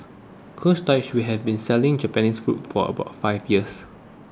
Cold Storage which has been selling Japanese fruits for about five years